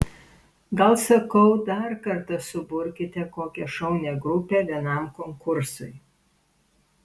gal sakau dar kartą suburkite kokią šaunią grupę vienam konkursui